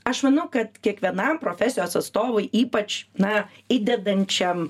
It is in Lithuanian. aš manau kad kiekvienam profesijos atstovui ypač na įdedančiam